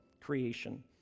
creation